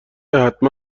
حتما